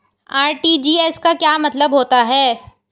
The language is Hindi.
आर.टी.जी.एस का क्या मतलब होता है?